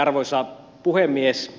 arvoisa puhemies